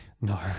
No